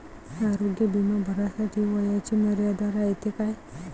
आरोग्य बिमा भरासाठी वयाची मर्यादा रायते काय?